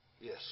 Yes